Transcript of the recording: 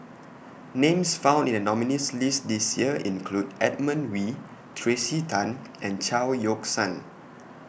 Names found in The nominees' list This Year include Edmund Wee Tracey Tan and Chao Yoke San